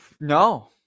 No